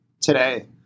Today